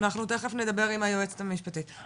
אנחנו תיכף נדבר עם היועצת המשפטית.